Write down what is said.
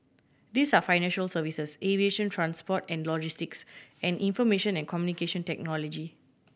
these are financial services aviation transport and logistics and information and Communication Technology